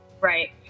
Right